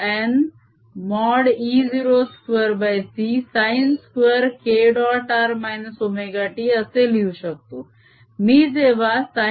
r ωt असे लिहू शकतो मी जेव्हा k